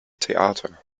theater